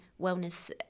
wellness